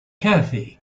cathy